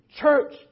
church